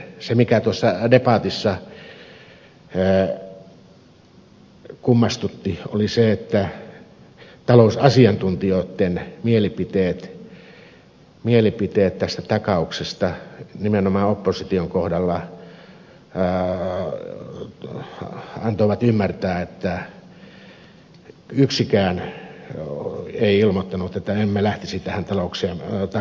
se mikä tuossa debatissa kummastutti oli se että talousasiantuntijoitten mielipiteet tästä takauksesta nimenomaan opposition kohdalla antoivat ymmärtää että yksikään ei ilmoittanut että emme lähtisi tähän takaukseen mukaan